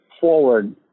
forward